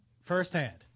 Firsthand